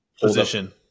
Position